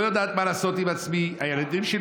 לא יודעת מה לעשות עם עצמי והילדים שלי